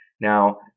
Now